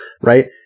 right